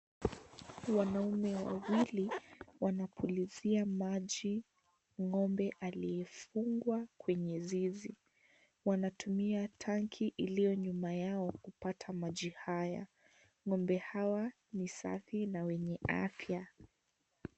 Wanaume wawili ,wanapulizia maji ,ng'ombe aliyefungwa kwenye zizi. Wanatumia tanki iliyo nyuma yao, kupata maji haya. Ng'ombe hawa ni safi na wenye afya.